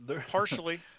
Partially